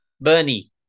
Bernie